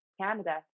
Canada